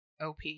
OP